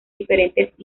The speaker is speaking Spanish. diferentes